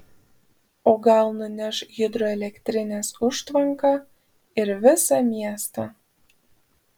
o gal nuneš hidroelektrinės užtvanką ir visą miestą